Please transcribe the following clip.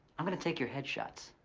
i'm gonna take your head shots,